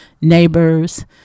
neighbors